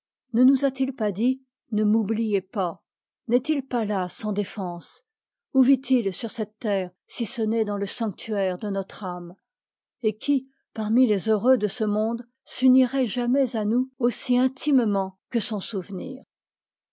ne nous a-t-il pas dit ne m'oubliez pas n'est-il pas là sans défense où vit-il sur cette terre si ce n'est dans le sanctuaire de notre âme et qui parmi les heureux de ce monde s'unirait jamais à nous aussi intimement que son souvenir